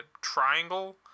triangle